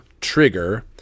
trigger